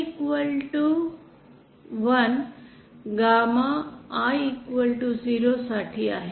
Gi1 gamma i 0 साठी आहे